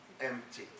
empty